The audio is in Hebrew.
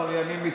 מסיימת היום שנה.